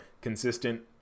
consistent